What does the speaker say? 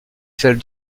celle